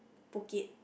Phuket